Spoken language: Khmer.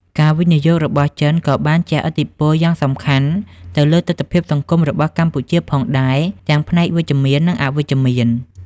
ការវិនិយោគរបស់ចិនក៏បានជះឥទ្ធិពលយ៉ាងសំខាន់ទៅលើទិដ្ឋភាពសង្គមរបស់កម្ពុជាផងដែរ ទាំងផ្នែកវិជ្ជមាន និងអវិជ្ជមាន។